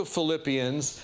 Philippians